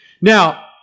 Now